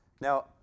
Now